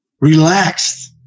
relaxed